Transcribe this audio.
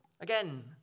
Again